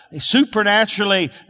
supernaturally